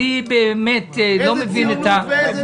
איזה ציונות ואיזו דתית?